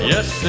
Yes